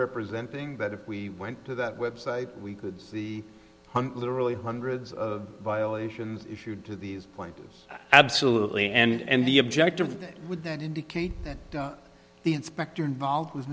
representing that if we went to that website we could hunt literally hundreds of violations issued to these point absolutely and the objective would that indicate that the inspector involved with